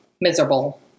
miserable